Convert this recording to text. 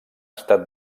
estat